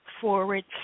forward